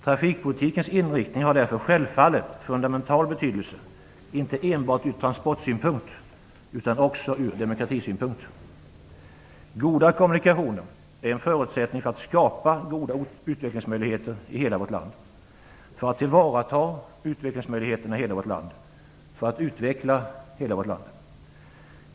Trafikpolitikens inriktning har därför självfallet fundamental betydelse, inte enbart ur transportsynpunkt utan också ur demokratisynpunkt. Goda kommunikationer är en förutsättning när det gäller att skapa goda utvecklingsmöjligheter i hela vårt land, att tillvarata utvecklingsmöjligheterna i hela vårt land och att utveckla hela vårt land.